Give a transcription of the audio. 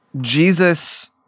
Jesus